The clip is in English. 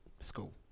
school